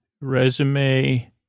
resume